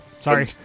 Sorry